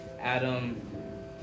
adam